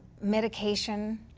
medication